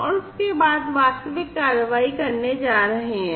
और उसके बाद वास्तविक कार्रवाई करने जा रहे हैं